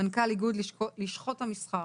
מנכ"ל איגוד לשכות המסחר,